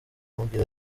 amubwira